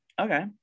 Okay